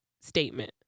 statement